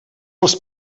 els